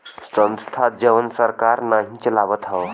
संस्था जवन सरकार नाही चलावत हौ